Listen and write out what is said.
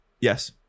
Yes